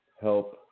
help